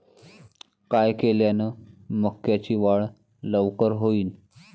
काय केल्यान मक्याची वाढ लवकर होईन?